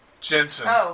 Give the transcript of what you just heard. Jensen